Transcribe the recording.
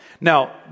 Now